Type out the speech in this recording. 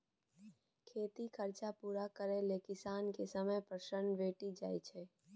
खेतीक खरचा पुरा करय लेल किसान केँ समय पर ऋण भेटि जाइए